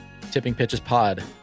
tippingpitchespod